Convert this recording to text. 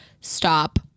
stop